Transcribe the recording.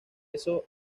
eso